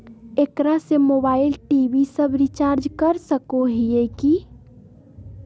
एकरा से mobile TV सब रिचार्ज कर सको हियै की?